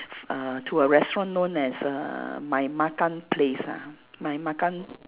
uh to a restaurant known as uh my makan place ah my makan